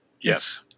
Yes